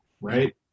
Right